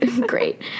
Great